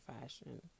fashion